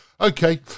Okay